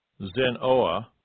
Zenoa